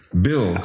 Bill